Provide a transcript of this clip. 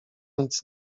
nic